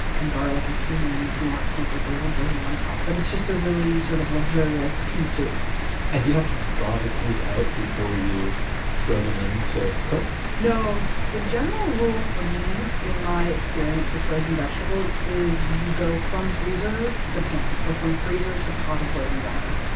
and garlic and cumin if you want to make like a little drizzle on top. but it's just a really sort of luxurious pea soup and do you have to thaw the peas out before you throw them in to cook? no. the general rule for me in my experience with frozen vegetables is you go from freezer to pan, or from freezer to pot of boiling water,